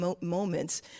moments